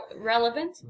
relevant